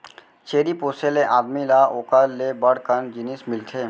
छेरी पोसे ले आदमी ल ओकर ले बड़ कन जिनिस मिलथे